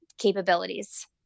capabilities